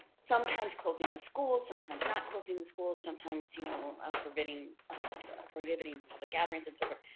sometimes closing the schools, sometimes not closing the schools, sometimes you know ah prohibiting ah prohibiting public gatherings and so forth.